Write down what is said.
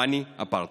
פאני אפרצב.